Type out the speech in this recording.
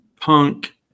punk